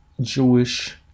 Jewish